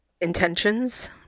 intentions